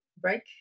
break